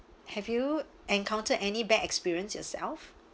have you encountered any bad experience yourself